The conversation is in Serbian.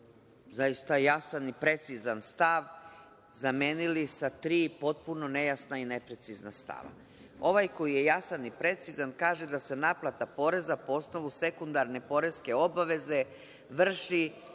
zaista jasan i precizan stav, zamenili sa tri potpuno nejasna i neprecizna stava. Ovaj koji je jasan i precizan kaže da se - naplata poreza po osnovu sekundarne poreske obaveze vrši